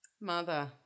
mother